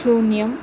शून्यम्